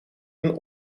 een